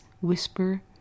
Whisper